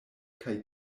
kaj